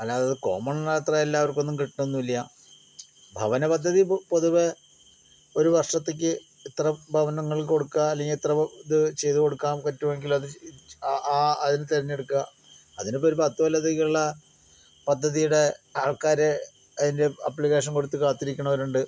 അല്ലാതെ കോമൺലി അത്ര എല്ലാവർക്കൊന്നും കിട്ടുകയൊന്നും ഇല്ല ഭവനപദ്ധതി പൊതുവേ ഒരു വർഷത്തേക്ക് ഇത്ര ഭവനങ്ങൾ കൊടുക്കുക അല്ലെങ്കിൽ ഇത്ര ഇത് ചെയ്ത് കൊടുക്കാൻ പറ്റൂ എങ്കിൽ അത് ചെയ്ത് ആ ആ അതില് തെരഞ്ഞെടുക്കുക അതിനിപ്പോൾ ഒരു പത്തു കൊല്ലത്തേക്ക് ഉള്ള പദ്ധതിയുടെ ആൾക്കാർ അതിൻ്റെ ആപ്ലിക്കേഷൻ കൊടുത്ത് കാത്തിരിക്കണവരുണ്ട്